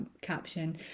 caption